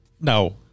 No